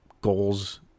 goals